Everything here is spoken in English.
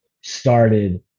started